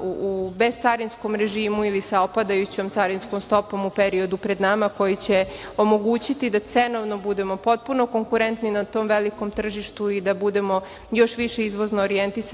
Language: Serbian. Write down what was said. u bescarinskom režimu ili sa opadajućom carinskom stopom u periodu pred nama koji će omogućiti da cenovno budemo potpuno konkurentni na tom velikom tržištu i da budemo još više izvozno orijentisani